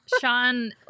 sean